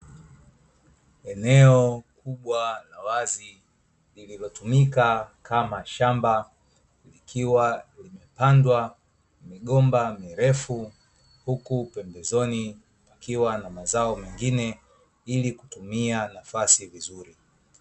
Eneo kubwa la wazi lililotumika kama shamba likiwa limepandwa migomba mirefu, huku pembezoni pakiwa na mazao mengine ili kutumia nafasi vizuri.